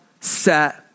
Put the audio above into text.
set